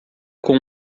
com